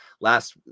Last